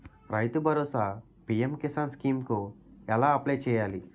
రైతు Bharosa PM Kisan scheme కు ఎలా అప్లయ్ చేయాలి?